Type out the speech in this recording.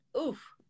Oof